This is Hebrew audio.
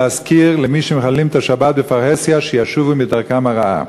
להזכיר למי שמחללים את השבת בפרהסיה שישובו מדרכם הרעה.